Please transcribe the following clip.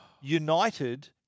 united